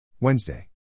Wednesday